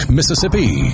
Mississippi